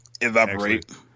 evaporate